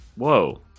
Whoa